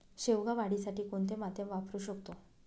शेवगा वाढीसाठी कोणते माध्यम वापरु शकतो?